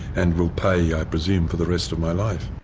and will pay, i presume, for the rest of my life.